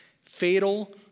Fatal